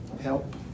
Help